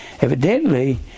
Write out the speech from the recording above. evidently